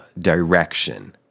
direction